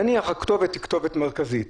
נניח שהכתובת היא כתובת מרכזית,